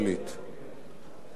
תחושת חוסר ההוגנות